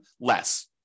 less